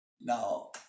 now